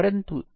એવું કેમ છે